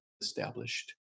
established